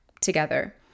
together